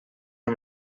amb